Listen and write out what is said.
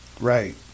Right